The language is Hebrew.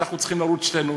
ואנחנו צריכים לרוץ שנינו,